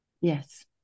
Yes